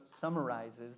summarizes